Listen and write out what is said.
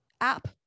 App